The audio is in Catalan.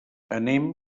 anem